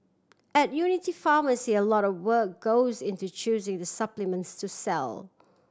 at Unity Pharmacy a lot of work goes into choosing the supplements to sell